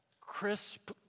crisp